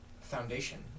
foundation